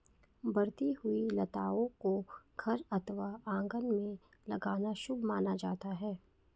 बढ़ती हुई लताओं को घर अथवा आंगन में लगाना शुभ माना जाता है